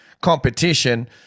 competition